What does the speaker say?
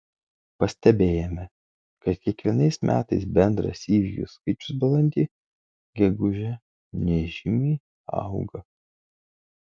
pastebėjome kad kiekvienais metais bendras įvykių skaičius balandį gegužę nežymiai auga